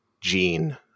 gene